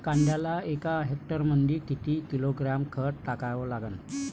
कांद्याले एका हेक्टरमंदी किती किलोग्रॅम खत टाकावं लागन?